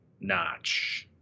notch